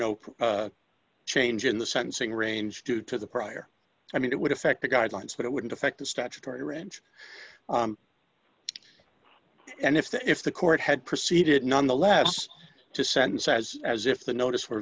no change in the sentencing range due to the prior i mean it would affect the guidelines but it wouldn't affect the statutory range and if the if the court had proceeded nonetheless to send says as if the notice were